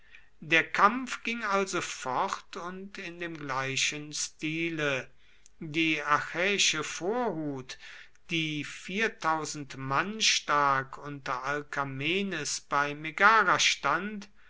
der kampf ging also fort und in dem gleichen stile die achäische vorhut die mann stark unter alkamenes bei megara stand